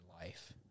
life